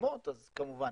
ומקדימות אז כמובן.